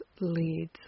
leads